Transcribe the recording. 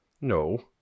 No